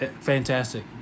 fantastic